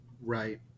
Right